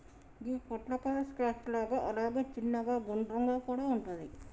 గి పొట్లకాయ స్క్వాష్ లాగా అలాగే చిన్నగ గుండ్రంగా కూడా వుంటది